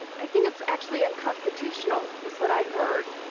i think it's actually unconstitutional, it's what i've heard.